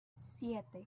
siete